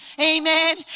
Amen